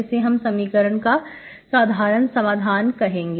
इसे हम समीकरण का साधारण समाधान कहेंगे